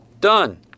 Done